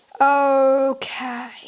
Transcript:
Okay